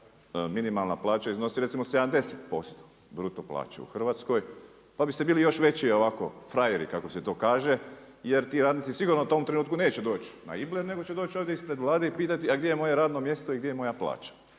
minimalna plaća iznosi recimo 70% bruto plaće u Hrvatskoj pa biste bili još veći ovako frajeri kako se to kaže. Jer ti radnici sigurno u tom trenutku neće doći na Ibler, nego će doći ovdje ispred Vlade i pitati a gdje je moje radno mjesto i gdje je moja plaća.